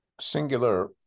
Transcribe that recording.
singular